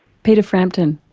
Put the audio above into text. peter frampton?